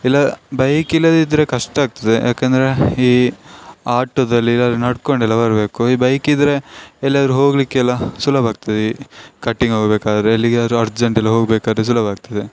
ಇಲ್ಲ ಬೈಕ್ ಇಲ್ಲದಿದ್ದರೆ ಕಷ್ಟ ಆಗ್ತದೆ ಯಾಕೆಂದ್ರೆ ಈ ಆಟೊದಲ್ಲಿ ಇಲ್ಲಾದ್ರೆ ನಡಕೊಂಡೆಲ್ಲ ಬರಬೇಕು ಈ ಬೈಕಿದ್ದರೆ ಎಲ್ಲಿಯಾದ್ರು ಹೋಗಲಿಕ್ಕೆಲ ಸುಲಭ ಆಗ್ತದೆ ಕಟಿಂಗ್ ಹೋಗ್ಬೇಕಾದ್ರೆ ಎಲ್ಲಿಗಾದ್ರು ಅರ್ಜೆಂಟೆಲ್ಲ ಹೋಗಬೇಕಾದ್ರೆ ಸುಲಭಾಗ್ತದೆ